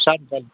શાકભાજી